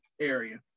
area